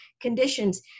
conditions